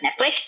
Netflix